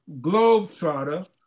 Globetrotter